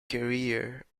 career